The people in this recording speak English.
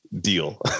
deal